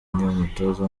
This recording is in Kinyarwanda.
umutoza